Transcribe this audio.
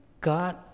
God